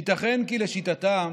ייתכן כי לשיטתם